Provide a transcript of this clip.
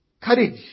courage